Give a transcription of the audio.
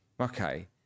Okay